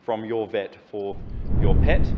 from your vet for your pet.